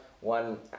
one